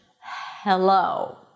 hello